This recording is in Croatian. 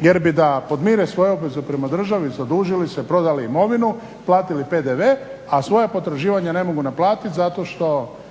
jer bi da podmire svoje obveze prema državi zadužili se, prodali imovinu, platili PDV, a svoja potraživanja ne mogu naplatiti zato što